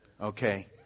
Okay